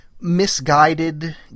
misguided